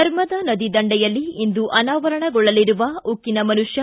ನರ್ಮದಾ ನದಿ ದಂಡೆಯಲ್ಲಿ ಇಂದು ಅನಾವರಣಗೊಳ್ಳಲಿರುವ ಉಕ್ಕಿನ ಮನುಷ್ಕ